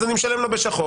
אז אני משלם לו בשחור,